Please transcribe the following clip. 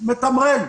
מתמרן.